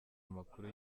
amakuru